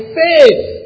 faith